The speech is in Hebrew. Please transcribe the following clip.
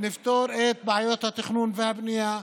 נפתור את בעיות התכנון והבנייה.